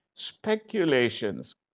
speculations